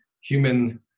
human